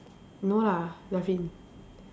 no lah Ravin